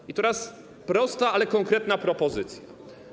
I teraz prosta, ale konkretna propozycja.